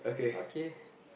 okay